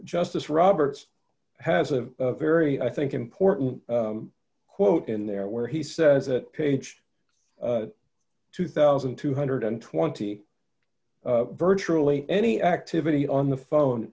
justice roberts has a very i think important quote in there where he says it page two thousand two hundred and twenty virtually any activity on the phone